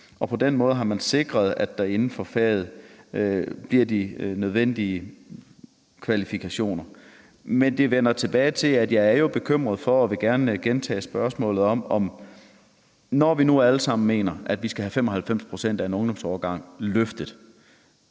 og på den måde har man sikret, at der inden for faget bliver de nødvendige kvalifikationer. Men jeg vender tilbage til, at jeg jo er bekymret for det. Og jeg vil gerne gentage spørgsmålet. Når vi nu alle sammen mener, at vi skal have 95 pct. af en ungdomsårgang løftet,